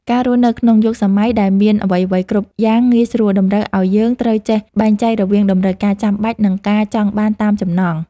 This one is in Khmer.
ការរស់នៅក្នុងយុគសម័យដែលមានអ្វីៗគ្រប់យ៉ាងងាយស្រួលតម្រូវឱ្យយើងត្រូវចេះបែងចែករវាងតម្រូវការចាំបាច់ និងការចង់បានតាមចំណង់។